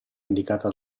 indicata